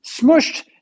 smushed